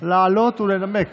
לעלות ולנמק